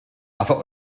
aber